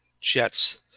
Jets